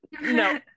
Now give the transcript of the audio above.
no